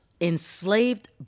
enslaved